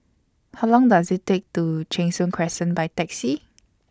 How Long Does IT Take to Cheng Soon Crescent By Taxi